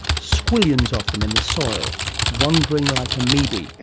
squillions of them in the soil wandering like amoebae,